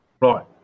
Right